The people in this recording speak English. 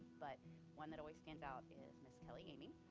but one that always stands out is miss kelly amy,